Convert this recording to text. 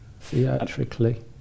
theatrically